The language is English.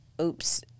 oops